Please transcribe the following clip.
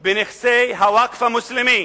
בנכסי הווקף המוסלמי.